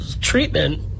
treatment